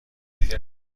بودیم